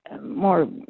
more